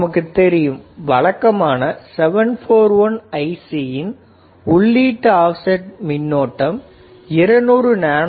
நமக்குத் தெரியும் வழக்கமான 741 IC இன் உள்ளீட்டு ஆப்செட் மின்னோட்டம் 200nA